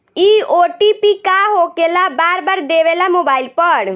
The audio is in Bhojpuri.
इ ओ.टी.पी का होकेला बार बार देवेला मोबाइल पर?